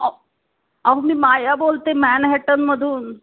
अहो मी माया बोलते मॅनहॅटनमधून